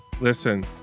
Listen